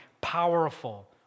powerful